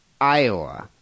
Iowa